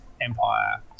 Empire